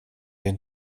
den